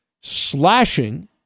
slashing